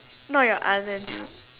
no your other dude